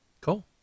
cool